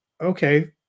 Okay